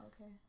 Okay